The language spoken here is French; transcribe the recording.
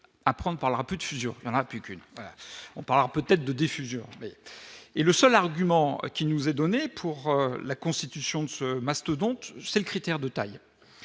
prendre par la plus de fusion qu'une, on parlera peut-être de diffusion et le seul argument qui nous est donné pour la constitution de ce mastodonte, c'est le critère de taille